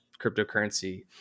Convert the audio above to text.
cryptocurrency